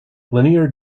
linear